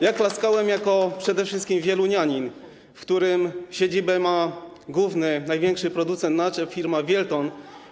Ja klaskałem jako przede wszystkim wielunianin, w którym siedzibę ma główny, największy producent naczep - firma Wielton.